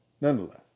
Nonetheless